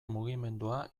mugimendua